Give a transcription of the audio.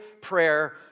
prayer